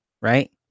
right